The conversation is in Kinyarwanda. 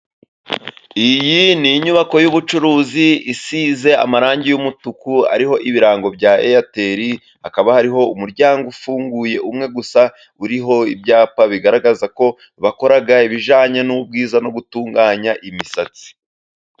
Iyi ni inyubako y' ubucuruzi isize amarangi y' umutuku, ariho ibirango bya eyateli hakaba, hariho umuryango ufunguye umwe gusa uriho ibyapa bigaragaza ko bakora, ibijyanye n' ubwiza no gutunganya imisatsi.